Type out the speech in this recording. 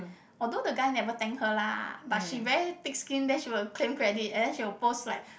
although the guy never thank her lah but she very thick skin then she will claim credit and then she will post like